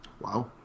Wow